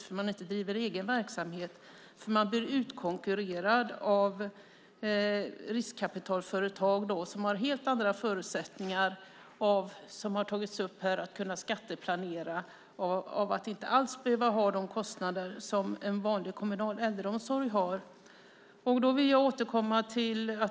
Om man inte driver egen verksamhet blir man utkonkurrerad av riskkapitalföretag som ju har helt andra förutsättningar att skatteplanera, något som har tagits upp här, och att se till att de inte alls ska behöva ha de kostnader som en vanlig kommunal äldreomsorg har.